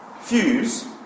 fuse